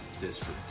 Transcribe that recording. district